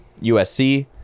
USC